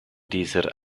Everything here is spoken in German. dieser